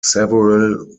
several